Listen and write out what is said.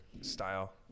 style